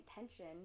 intention